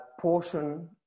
portion